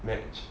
match